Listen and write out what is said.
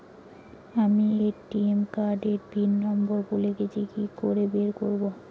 আমি ATM card এর pin number ভুলে গেছি কি করে বের করব?